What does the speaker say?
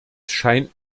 scheint